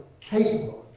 capable